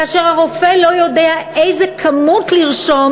כאשר הרופא לא יודע איזו כמות לרשום